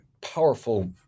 powerful